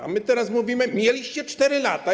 A my teraz mówimy: Mieliście 4 lata.